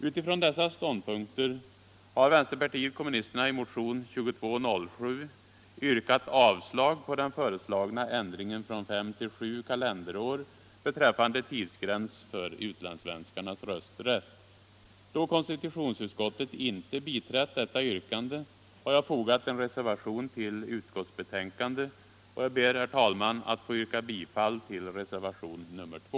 Utifrån dessa ståndpunkter har vänsterpartiet kommunisterna i motionen 1975/76:2207 yrkat avslag på den föreslagna ändringen från fem till sju kalenderår beträffande tidsgräns för utlandssvenskarnas rösträtt. Då konstitutionsutskottet inte biträtt detta yrkande har jag fogat en reservation till utskottsbetänkandet, och jag ber, herr talman, att få yrka bifall till reservationen 2.